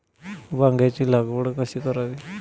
वांग्यांची लागवड कशी करावी?